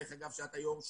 שאת היו"ר שלה,